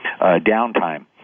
downtime